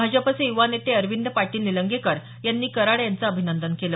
भाजपाचे युवा नेते अरविंद पाटील निलंगेकर यांनी कराड यांचं अभिनंदन केलं